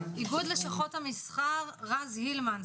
איגוד לשכות המסחר - רז הילמן,